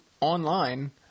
online